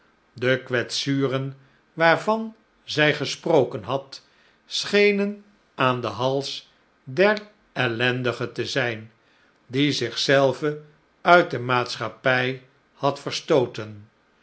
de kwetsuren waarvan zij gesproken had schenen aan den hals der ellendige te zjn die zich zelve uit de maatschappij had verstooten